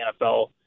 NFL